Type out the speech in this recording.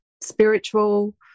spiritual